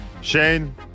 Shane